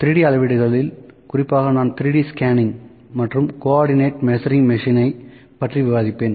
3 D அளவீடுகளில் குறிப்பாக நான் 3D ஸ்கேனிங் மற்றும் கோஆர்டினேட் மெஷரிங் மிஷினை பற்றி விவாதிப்பேன்